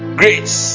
grace